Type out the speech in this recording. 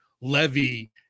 levy